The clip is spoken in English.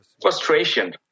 Frustration